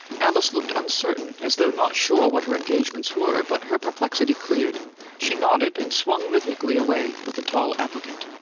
alice looked uncertain, as though not sure what her engagements were but her perplexity cleared she nodded, and swung rhythmically away with the tall applicant.